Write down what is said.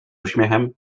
uśmiechem